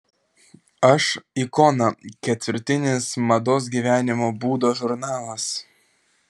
aš ikona ketvirtinis mados gyvenimo būdo žurnalas